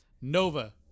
Nova